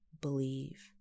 believe